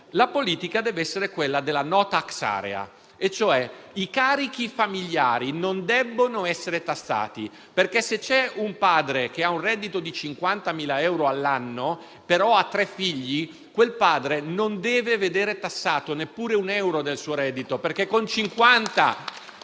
La politica deve essere quella della *no tax area*. I carichi familiari non debbono cioè essere tassati, perché, se c'è un padre che ha un reddito di 50.000 euro l'anno ma ha tre figli, quel padre non deve veder tassato neppure un euro dal suo reddito, perché con 50.000